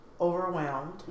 overwhelmed